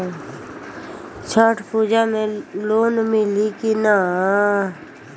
छठ पूजा मे लोन मिली की ना?